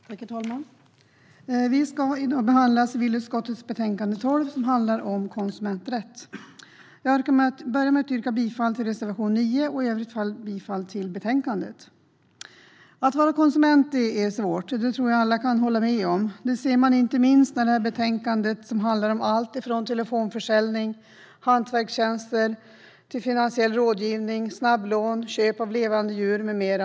Herr talman! Vi ska i dag behandla civilutskottets betänkande 12 som handlar om konsumenträtt. Jag börjar med att yrka bifall till reservation 9 och i övrigt bifall till utskottets förslag i betänkandet. Att vara konsument är svårt - det tror jag att alla kan hålla med om - och det ser man inte minst på detta betänkande som handlar om allt från telefonförsäljning och hantverkstjänster till finansiell rådgivning, snabblån, köp av levande djur med mera.